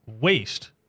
waste